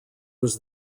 was